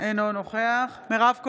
אינו נוכח מירב כהן,